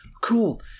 cool